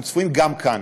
אנחנו צפויים גם כאן,